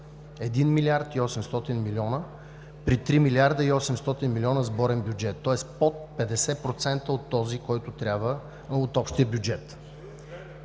милиард и 800 милиона при три милиарда и 800 милиона сборен бюджет, тоест под 50% от този, който трябва, от общия бюджет.